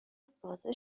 بازه